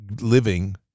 living